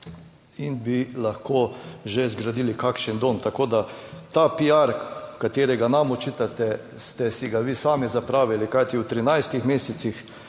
in bi lahko že zgradili kakšen dom. Tako, da ta piar katerega nam očitate, ste si ga vi sami zapravili, kajti v 13 mesecih